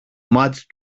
μάτι